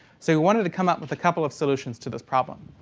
so we wanted to come up with a couple of solutions to this problem.